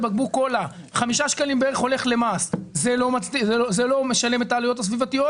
בקבוק קולה 5 שקלים למס וזה לא משלם את העלויות הסביבתיות.